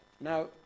Now